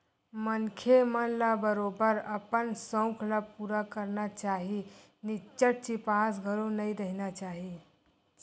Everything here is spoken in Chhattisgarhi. मनखे मन ल बरोबर अपन सउख ल पुरा करना चाही निच्चट चिपास घलो नइ रहिना चाही